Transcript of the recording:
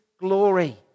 glory